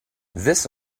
this